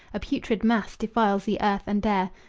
a putrid mass, defiles the earth and air,